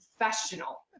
professional